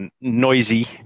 noisy